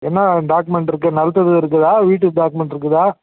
என்னா டாக்குமெண்ட் இருக்கு நிலத்துது இருக்குதா வீட்டு டாக்குமெண்ட் இருக்குதா